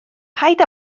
paid